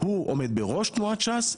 הוא עומד בראש תועות ש"ס,